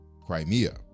Crimea